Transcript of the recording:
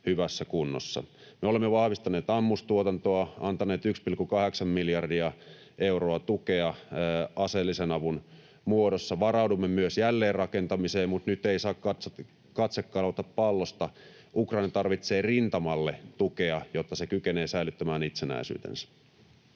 Me olemme vahvistaneet ammustuotantoa, antaneet 1,8 miljardia euroa tukea aseellisen avun muodossa. Varaudumme myös jälleenrakentamiseen, mutta nyt ei saa katse kadota pallosta: Ukraina tarvitsee rintamalle tukea, jotta se kykenee säilyttämään itsenäisyytensä.